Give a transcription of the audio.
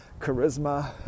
charisma